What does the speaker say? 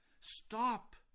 Stop